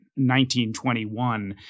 1921